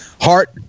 Heart